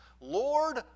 Lord